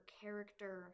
character